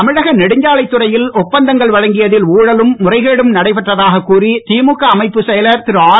தமிழக நெடுஞ்சாலைத் துறையில் ஒப்பந்தங்கள் வழங்கியதில் ஊழலும் முறைகேடும் நடைபெற்றதாகக் கூறி திமுக அமைப்பு செயலர் திருஆர்